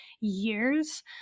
years